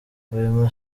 wema